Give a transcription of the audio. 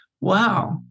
wow